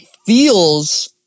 feels